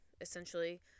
essentially